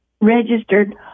registered